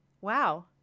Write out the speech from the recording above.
Wow